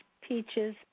peaches